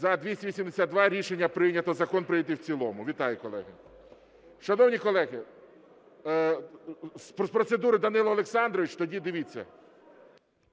Рішення прийнято. Закон прийнятий в цілому. Вітаю, колеги. Шановні колеги, з процедури Данило Олександрович. Тоді, дивіться…